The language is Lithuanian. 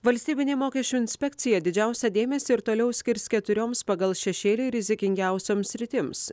valstybinė mokesčių inspekcija didžiausią dėmesį ir toliau skirs keturioms pagal šešėlį rizikingiausioms sritims